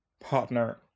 partner